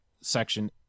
section